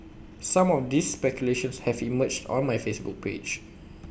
some of these speculations have emerged on my Facebook page